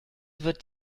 wird